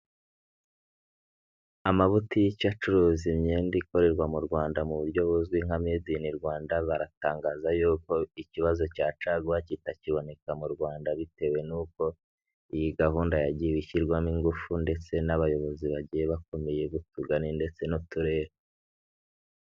Amabutike acuruza imyenda ikorerwa mu Rwanda mu buryo buzwi nka medi ini Rwanda baratangaza yuko ikibazo cya caguwa kitakiboneka mu Rwanda bitewe nuko iyi gahunda yagiye ishyirwamo ingufu ndetse n'abayobozi bagiye bakomeye b'Utugari ndetse n'Uturere.